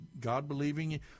God-believing